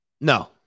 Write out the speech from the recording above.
No